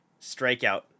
strikeout